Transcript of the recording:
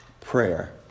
prayer